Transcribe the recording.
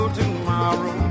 tomorrow